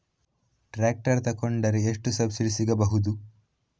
Tractor ತೊಕೊಂಡರೆ ಎಷ್ಟು subsidy ಸಿಗಬಹುದು?